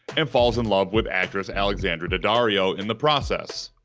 and falls in love with actress alexandra daddario in the process.